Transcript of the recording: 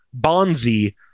Bonzi